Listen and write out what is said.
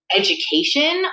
education